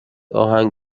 آهنگ